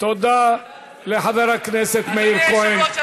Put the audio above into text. תודה לחבר הכנסת מאיר כהן.